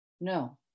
No